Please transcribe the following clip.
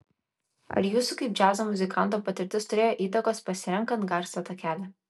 ar jūsų kaip džiazo muzikanto patirtis turėjo įtakos pasirenkant garso takelį